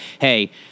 hey